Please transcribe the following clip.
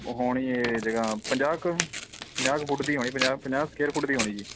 ਹੋਣੀ ਇਹ ਜਗ੍ਹਾ ਪੰਜਾਹ ਕੁ ਪੰਜਾਹ ਕੁ ਫੁੱਟ ਦੀ ਹੋਣੀ ਪੰਜਾਹ ਪੰਜਾਹ ਸਕੁਏਅਰ ਫੁੱਟ ਦੀ ਹੋਣੀ ਜੀ